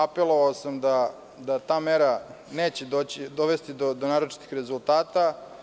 Apelovao sam da ta mera neće dovesti do naročitih rezultata.